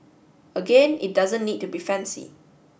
again it doesn't need to be fancy